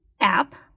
app